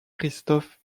christophe